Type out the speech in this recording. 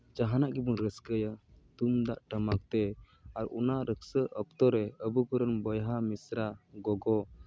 ᱡᱟᱦᱟᱱᱟᱜ ᱜᱮᱵᱚᱱ ᱨᱟᱹᱥᱠᱟᱹᱭᱟ ᱛᱩᱢᱫᱟᱜ ᱴᱟᱢᱟᱠ ᱛᱮ ᱟᱨ ᱚᱱᱟ ᱨᱟᱹᱥᱠᱟᱹ ᱚᱠᱛᱚ ᱨᱮ ᱟᱹᱵᱩ ᱠᱚᱨᱮᱱ ᱵᱚᱭᱦᱟ ᱢᱤᱥᱨᱟ ᱜᱚᱜᱚ